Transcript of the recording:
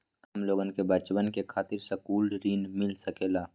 हमलोगन के बचवन खातीर सकलू ऋण मिल सकेला?